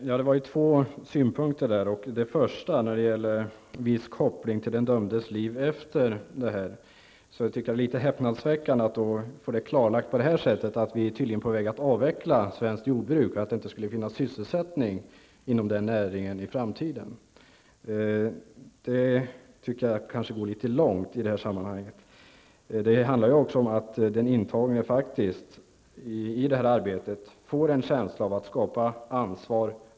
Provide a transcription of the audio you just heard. Fru talman! Justitieministern sade att det skall vara en viss koppling till den dömdes liv efter frigivningen. Det är litet häpnadsväckande att vi på det här sättet får klarlagt att vi tydligen är på väg att avveckla svenskt jordbruk och att det inte skulle finnas sysselsättning inom den näringen i framtiden. Det är väl att gå litet långt i det här sammanhanget. Det handlar också om att den intagne i det här arbetet faktiskt får en känsla av att ta ansvar.